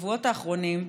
בשבועות האחרונים,